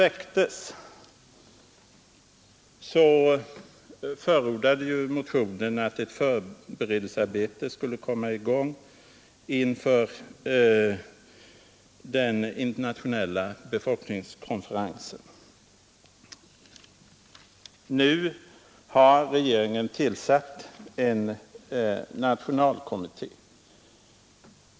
I motionen förordades att ett förberedelsearbete skulle komma i gång inför den internationella befolkningskonferensen. Nu har regeringen tillsatt en nationalkommitté.